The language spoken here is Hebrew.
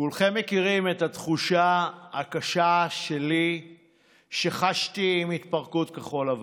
כולכם מכירים את התחושה הקשה שלי שחשתי עם התפרקות כחול לבן.